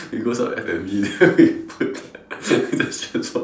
we go some F&B then we put the the just transform